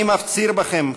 אני מפציר בכם,